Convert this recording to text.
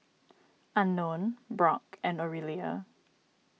Unknown Brock and Orelia